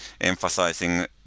emphasizing